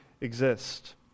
exist